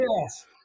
Yes